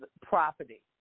property